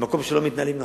במקום שלא מתנהלים נכון.